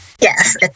Yes